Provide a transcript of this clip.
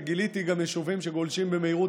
וגיליתי גם יישובים שגולשים במהירות